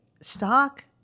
stock